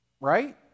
right